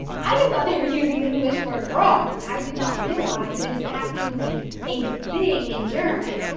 i just thought they were using the english word wrong. i did not realize that it was actually a thing in german.